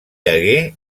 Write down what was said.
hagué